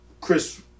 Chris